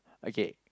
okay